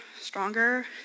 stronger